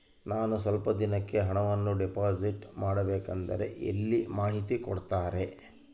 ನಾನು ಸ್ವಲ್ಪ ದಿನಕ್ಕೆ ಹಣವನ್ನು ಡಿಪಾಸಿಟ್ ಮಾಡಬೇಕಂದ್ರೆ ಎಲ್ಲಿ ಮಾಹಿತಿ ಕೊಡ್ತಾರೆ?